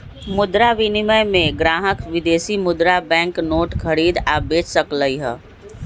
मुद्रा विनिमय में ग्राहक विदेशी मुद्रा बैंक नोट खरीद आ बेच सकलई ह